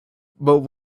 but